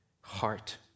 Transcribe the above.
heart